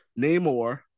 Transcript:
Namor